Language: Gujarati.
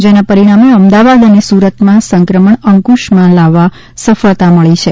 જેના પરિણામે અમદાવાદ અને સુરતમાં સંક્રમણ અંકુશમાં લાવવા સફળતા મળી છે